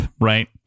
right